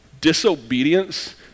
disobedience